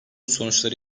sonuçları